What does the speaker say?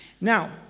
Now